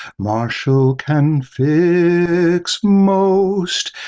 marshall can fix most,